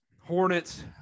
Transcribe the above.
Hornets